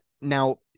Now